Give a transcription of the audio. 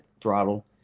throttle